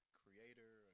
creator